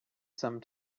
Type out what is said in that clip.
some